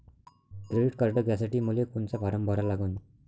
Credit card घ्यासाठी मले कोनचा फारम भरा लागन?